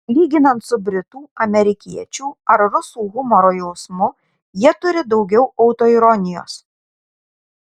lyginant su britų amerikiečių ar rusų humoro jausmu jie turi daugiau autoironijos